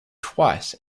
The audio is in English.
twice